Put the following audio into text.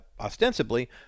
ostensibly